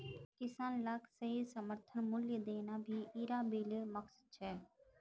किसान लाक सही समर्थन मूल्य देना भी इरा बिलेर मकसद छे